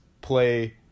play